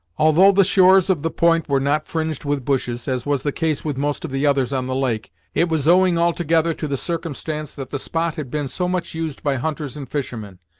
although the shores of the point were not fringed with bushes, as was the case with most of the others on the lake, it was owing altogether to the circumstance that the spot had been so much used by hunters and fishermen.